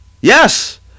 Yes